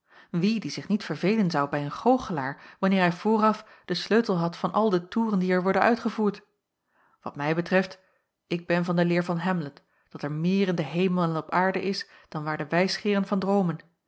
wie die zich niet verveelen zou bij een goochelaar wanneer hij vooraf den sleutel had van al de toeren die er worden uitgevoerd wat mij betreft ik ben van de leer van hamlet dat er meer in den hemel en op de aarde is dan waar de wijsgeeren van droomen